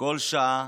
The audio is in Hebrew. כל שעה,